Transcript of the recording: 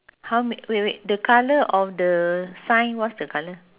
!huh! wa~ wait wait the colour of the sign what's the colour